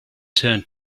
turned